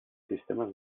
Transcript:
sistemes